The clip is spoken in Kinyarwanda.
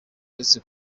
ndetse